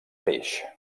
peix